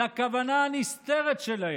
לכוונה הנסתרת שלהם.